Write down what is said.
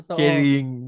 carrying